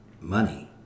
money